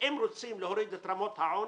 אם רוצים להוריד את רמות העוני,